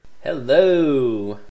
Hello